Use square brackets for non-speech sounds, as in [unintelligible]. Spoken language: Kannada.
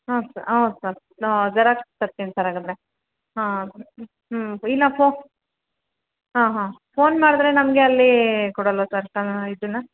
ಹಾಂ ಸರ್ ಹಾಂ ಸರ್ ಹಾಂ ಜೆರಾಕ್ಸ್ ತರ್ತೀನಿ ಸರ್ ಹಾಗಾದ್ರೆ ಹಾಂ ಹ್ಞೂ ಇಲ್ಲ ಫೋ ಹಾಂ ಹಾಂ ಫೋನ್ ಮಾಡಿದರೆ ನಮಗೆ ಅಲ್ಲಿ ಕೊಡಲ್ಲವಾ ಸರ್ [unintelligible] ಇದನ್ನು